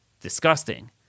Disgusting